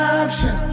option